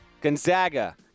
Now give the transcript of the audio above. Gonzaga